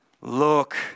Look